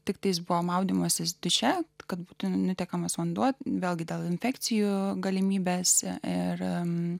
tiktais buvo maudymasis duše kad būtų nutekamas vanduo vėlgi dėl infekcijų galimybės ir